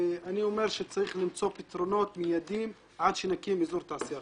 אני אומר שצריך למצוא פתרונות מיידיים עד שנקים אזור תעשייה.